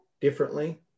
differently